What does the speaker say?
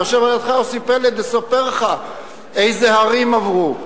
יושב לידך יוסי פלד, יספר לך אילו הרים עברו.